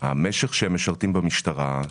המשך שהם משרתים במשטרה,